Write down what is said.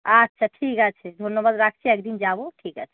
আচ্ছা ঠিক আছে ধন্যবাদ রাখছি একদিন যাব ঠিক আছে